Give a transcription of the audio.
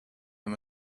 and